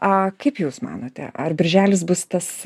a kaip jūs manote ar birželis bus tas